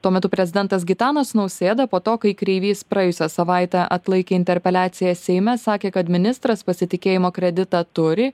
tuo metu prezidentas gitanas nausėda po to kai kreivys praėjusią savaitę atlaikė interpeliaciją seime sakė kad ministras pasitikėjimo kreditą turi